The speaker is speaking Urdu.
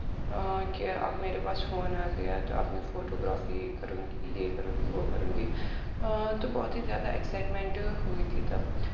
کہ اب میرے پاس فون آ گیا تو اب میں فوٹوگرافی کروں گی یہ کروں گی وہ کروں گی تو بہت ہی زیادہ ایکسائٹمنٹ ہوئی تھی تب